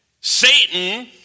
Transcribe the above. Satan